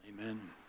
Amen